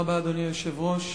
היושב-ראש,